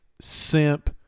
simp